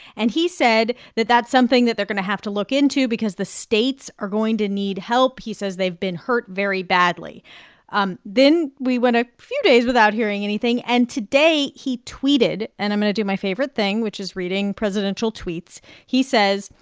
and he said that that's something that they're going to have to look into because the states are going to need help. he says they've been hurt very badly um then we went a few days without hearing anything. and today, he tweeted and i'm going to do my favorite thing, which is reading presidential tweets he says,